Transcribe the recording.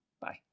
Bye